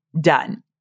Done